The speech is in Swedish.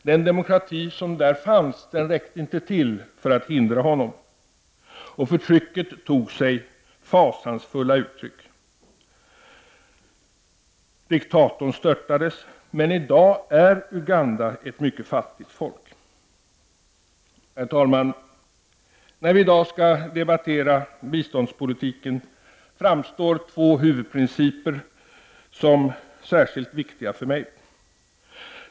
Den demokrati som fanns räckte inte till för att hindra honom. Förtrycket tog sig fasansfulla uttryck. Diktatorn störtades, men i dag är Uganda ett mycket fattigt land. Herr talman! När vi i dag skall debattera biståndspolitiken framstår två huvudprinciper som särskilt viktiga för mig.